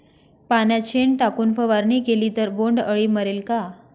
पाण्यात शेण टाकून फवारणी केली तर बोंडअळी मरेल का?